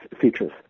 features